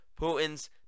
Putin's